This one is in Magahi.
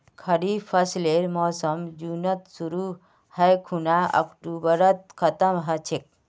खरीफ फसलेर मोसम जुनत शुरु है खूना अक्टूबरत खत्म ह छेक